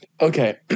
Okay